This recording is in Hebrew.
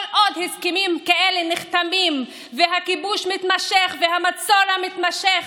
כל עוד הסכמים נחתמים והכיבוש מתמשך והמצור מתמשך,